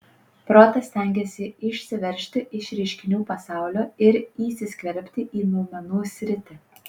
protas stengiasi išsiveržti iš reiškinių pasaulio ir įsiskverbti į noumenų sritį